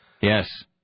Yes